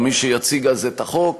או למי שיציג אז את החוק,